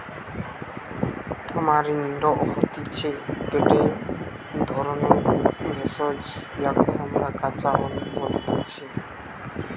tamarind হতিছে গটে ধরণের ভেষজ যাকে আমরা কাঁচা হলুদ বলতেছি